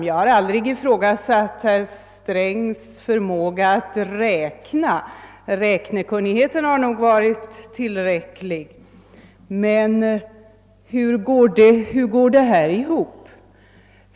Jag har aldrig ifrågasatt herr Strängs förmåga att räkna, den kunnigheten har nog varit tillräcklig, men hur går det här ihop?